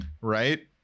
right